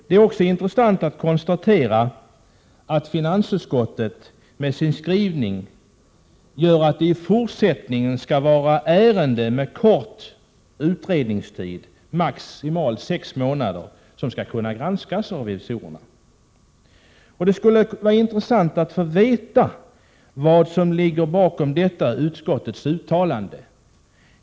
Det är också intressant att konstatera att finansutskottets skrivning innebär att endast ärenden med kort utredningstid — maximalt sex månader — skall kunna granskas av revisorerna. Det skulle vara intressant att få veta vad som ligger bakom detta utskottets uttalande.